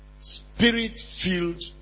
spirit-filled